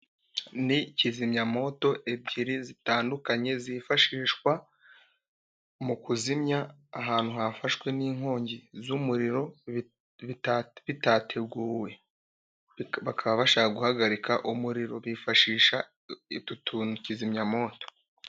Ni kizimyamoto ebyiri zitandukanye, zifashishwa mu kuzimya ahantu hafashwe n'inkongi z'umuriro bitateguwe, bakaba bashaka guhagarika umuriro, bifashisha utu tuntu kizimyamoto.